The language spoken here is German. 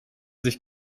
sich